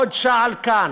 עוד שעל כאן,